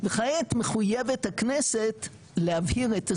וכעת מחויבת הכנסת להבהיר את הסוגייה,